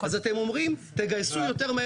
אז אתם אומרים תגייסו יותר מהר את העשרה האנשים האלה.